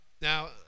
Now